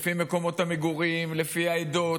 לפי מקומות המגורים, לפי העדות,